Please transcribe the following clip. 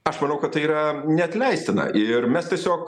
aš manau kad tai yra neatleistina ir mes tiesiog